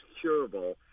curable